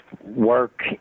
work